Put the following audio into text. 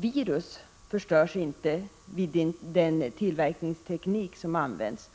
Virus förstörs inte vid den tillverkningsteknik som används,